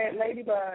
Ladybug